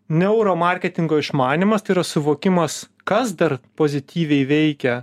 neuro marketingo išmanymas tai yra suvokimas kas dar pozityviai veikia